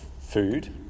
food